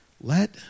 let